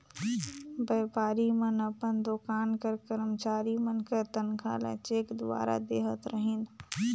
बयपारी मन अपन दोकान कर करमचारी मन कर तनखा ल चेक दुवारा देहत रहिन